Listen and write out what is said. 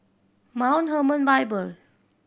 Mount Hermon Bible